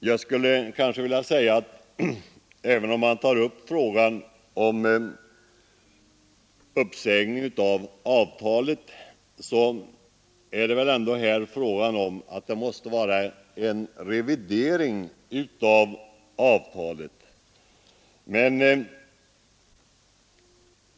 Jag skulle vilja säga att även om man gör en uppsägning så gäller det väl närmast en revidering av avtalet.